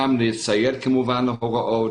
גם לציית להוראות,